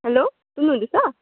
hello सुन्नुहुँदैछ